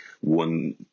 one